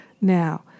Now